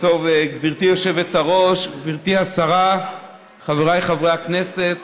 גברתי היושבת-ראש, גברתי השרה, חבריי חברי הכנסת,